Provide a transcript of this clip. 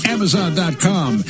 Amazon.com